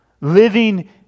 Living